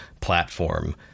platform